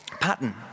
pattern